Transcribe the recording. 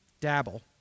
Dabble